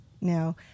now